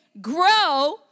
grow